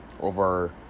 over